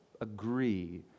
agree